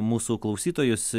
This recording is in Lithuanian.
mūsų klausytojus